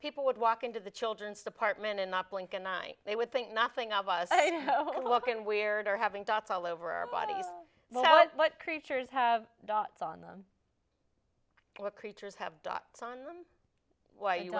people would walk into the children's department and not blink an eye they would think nothing of us i don't know looking weird or having dots all over our bodies what creatures have dots on them what creatures have dots on them why you